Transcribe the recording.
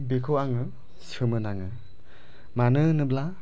बेखौ आङो सोमो नाङो मानो होनोब्ला